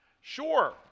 Sure